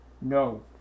No